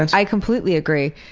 and i completely agree.